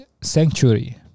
sanctuary